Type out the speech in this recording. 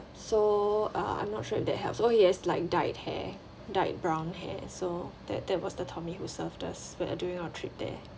so uh I'm not sure if that helps oh he has like dyed hair dyed brown hair so that that was the tommy who served us when during our trip there